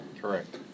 Correct